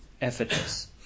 effortless